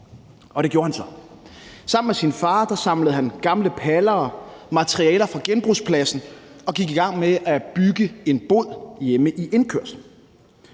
det gjorde han så. Sammen med sin far samlede han gamle paller og materialer fra genbrugspladsen og gik i gang med at bygge en bod hjemme i indkørslen.